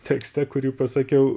tekste kurį pasakiau